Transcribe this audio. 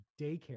daycare